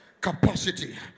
capacity